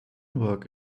work